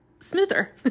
smoother